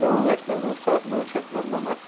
نو لَچھ نَمنَمَتھ ساس نو شَتھ نَمنَمَتھ